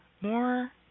more